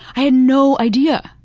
i had no idea!